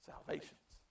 Salvation's